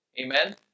Amen